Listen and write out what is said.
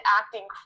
acting